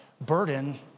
burden